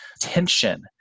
tension